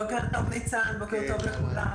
בוקר טוב ניצן, בוקר טוב לכולם.